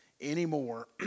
anymore